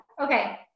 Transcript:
Okay